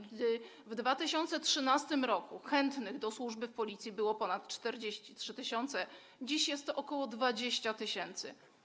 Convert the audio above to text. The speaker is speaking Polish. Gdy w 2013 r. chętnych do służby w Policji było ponad 43 tys., dziś jest to ok. 20 tys.